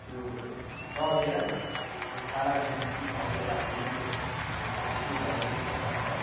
त्यो दलेर त्यो छालाको निम्ति घाउको लागि निको हुनको लागि त्यो घरेलु उपचार छ